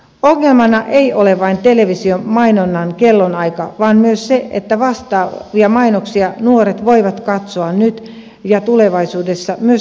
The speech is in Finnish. ongelmana ei ole vain televisiomainonnan kellonaika vaan myös se että vastaavia mainoksia nuoret voivat katsoa nyt ja tulevaisuudessa myös netissä